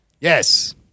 Yes